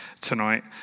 tonight